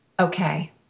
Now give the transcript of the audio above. Okay